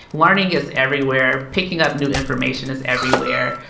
learning is everywhere. picking up new information is everywhere.